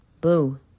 Boo